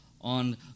on